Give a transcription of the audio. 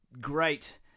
great